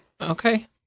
Okay